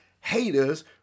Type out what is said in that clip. haters